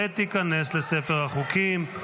ותיכנס לספר החוקים.